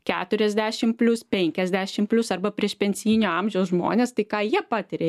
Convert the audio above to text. keturiasdešimt plius penkiasdešimt plius arba priešpensinio amžiaus žmonės tai ką jie patiria